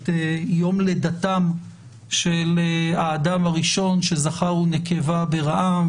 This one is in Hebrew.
את יום לידתם של האדם הראשון שזכר ונקבה בראם,